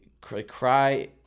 cry